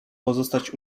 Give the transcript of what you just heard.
pozostać